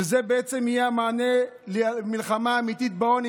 שזה בעצם יהיה המענה למלחמה האמיתית בעוני.